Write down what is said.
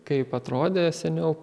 kaip atrodė seniau